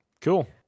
Cool